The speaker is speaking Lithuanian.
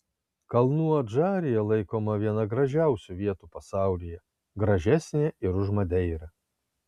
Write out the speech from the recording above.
kalnų adžarija laikoma viena gražiausių vietų pasaulyje gražesnė ir už madeirą